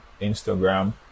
Instagram